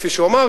כפי שהוא אמר,